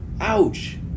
Ouch